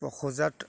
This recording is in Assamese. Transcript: পশুজাত